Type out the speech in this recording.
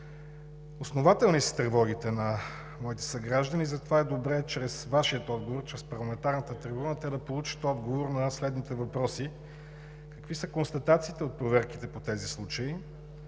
Основателни са тревогите на моите съграждани. Затова е добре чрез Вашия отговор, чрез парламентарната трибуна те да получат отговор на следните въпроси: какви са констатациите от проверките по тези случаи?